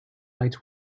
lights